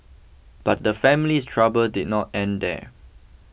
but the family's trouble did not end there